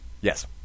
Yes